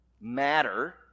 matter